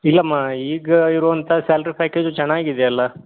ಇಲ್ಲಮ್ಮ ಈಗ ಇರೋ ಅಂಥ ಸ್ಯಾಲ್ರಿ ಪ್ಯಾಕೇಜು ಚೆನ್ನಾಗಿದ್ಯಲ್ಲ